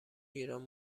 ایران